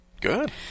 Good